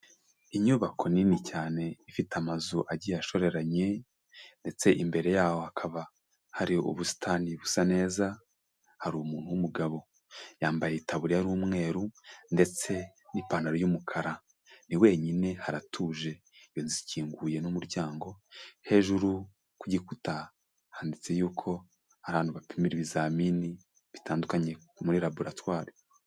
Inyubako nini cyane ifite amazu agiye ashoreranye ndetse imbere yaho hakaba hari ubusitani busa neza hari umuntu w'umugabo yambaye itaburi y'umweru ndetse n'ipantaro y'umukara, ni wenyine haratuje yakinguye n'umuryango, hejuru kugikuta handitse yuko hari ahantu bapimira ibizamini bitandukanye muri laboratwari.